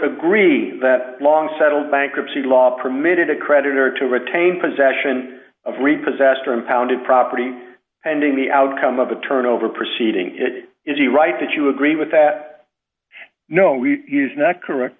agree that long settled bankruptcy law permitted a creditor to retain possession of repossessed or impounded property ending the outcome of the turnover proceeding it is a right that you agree with that no is not correct